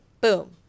boom